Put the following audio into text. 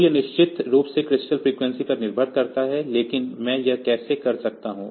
तो यह निश्चित रूप से क्रिस्टल फ्रीक्वेंसी पर निर्भर करता है लेकिन मैं यह कैसे कर सकता हूं